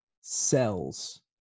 cells